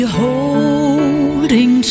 holding